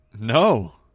no